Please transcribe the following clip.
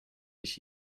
ich